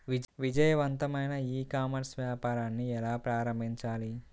విజయవంతమైన e commerce వ్యాపారాన్ని ఎలా ప్రారంభించాలి?